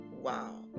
wow